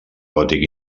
gòtic